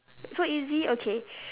so easy okay